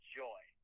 joy